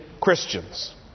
Christians